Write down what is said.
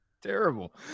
Terrible